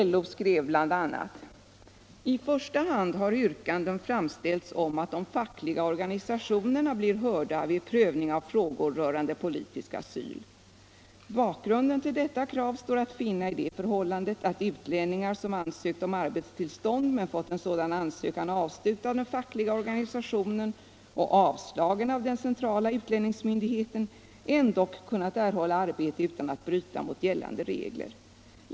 LO skrev bl.a.: ”I första hand har yrkanden framställts om att de fackliga organisationerna blir hörda vid prövning av frågor rörande politisk asyl. Bakgrunden till detta krav står att finna i det förhållandet, att utlänningar som ansökt om arbetstillstånd men fått en sådan ansökan avstyrkt av den fackliga organisationen och avslagen av den centrala utlänningsmyndigheten ändock kunnat erhålla arbete utan att bryta mot gällande regler.